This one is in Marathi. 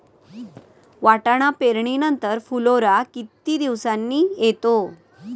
वाटाणा पेरणी नंतर फुलोरा किती दिवसांनी येतो?